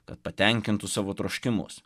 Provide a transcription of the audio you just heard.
kad patenkintų savo troškimus